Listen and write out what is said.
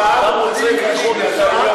אם אתה רוצה לדחות את